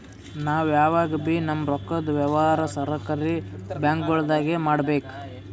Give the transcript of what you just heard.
ನಾವ್ ಯಾವಗಬೀ ನಮ್ಮ್ ರೊಕ್ಕದ್ ವ್ಯವಹಾರ್ ಸರಕಾರಿ ಬ್ಯಾಂಕ್ಗೊಳ್ದಾಗೆ ಮಾಡಬೇಕು